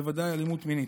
ובוודאי אלימות מינית.